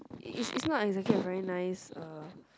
it's it's not a exactly a very nice a